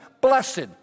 Blessed